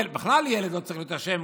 בכלל, ילד לא צריך להיות אשם.